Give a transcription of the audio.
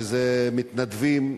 שזה מתנדבים,